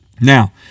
Now